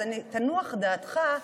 אז תנוח דעתך,